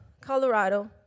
Colorado